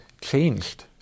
changed